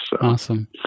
Awesome